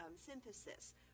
synthesis